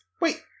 Wait